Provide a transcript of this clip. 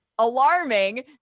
alarming